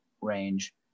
range